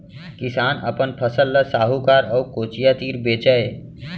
किसान अपन फसल ल साहूकार अउ कोचिया तीर बेचय